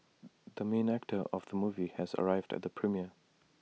the main actor of the movie has arrived at the premiere